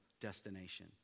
destination